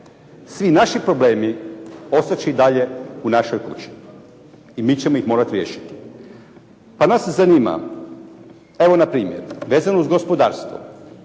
svi naši problemi ostat će i dalje u našoj kući i mi ćemo ih morat riješiti. Pa nas zanima, evo npr. vezano uz gospodarstvo,